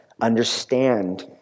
understand